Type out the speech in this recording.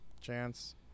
chance